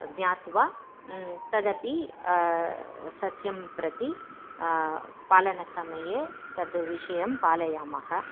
ज्ञात्वा तदपि सस्यं प्रति पालनसमये तद् विषयं पालयामः